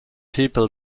people